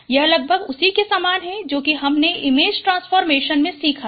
यह लगभग उसी के सामान है जो कि हमने इमेज ट्रांसफॉर्म में सीखा है